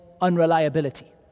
unreliability